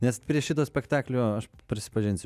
nes prie šito spektaklio aš prisipažinsiu